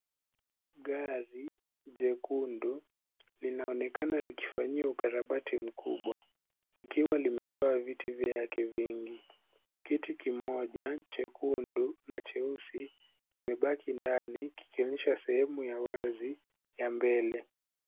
Gari jekundu linaonekana likifanyiwa ukarabati mkubwa likiwa limetoa viti vyake vingi. Kiti kimoja chekundu na cheusi kimebaki ndani kikionyesha sehemu ya wazi ya mbele.